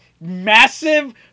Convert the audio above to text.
massive